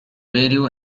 radio